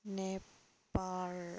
Nepal